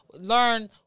learn